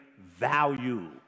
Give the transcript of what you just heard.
value